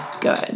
good